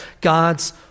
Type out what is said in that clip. God's